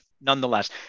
nonetheless